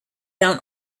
down